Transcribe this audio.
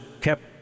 kept